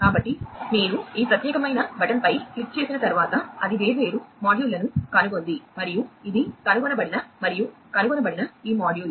కాబట్టి మీరు ఈ ప్రత్యేకమైన బటన్పై క్లిక్ చేసిన తర్వాత అది వేర్వేరు మాడ్యూళ్ళను కనుగొంది మరియు ఇది కనుగొనబడిన మరియు కనుగొనబడిన ఈ మాడ్యూల్